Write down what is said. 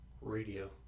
radio